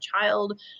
child